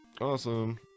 awesome